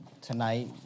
tonight